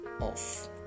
off